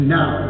now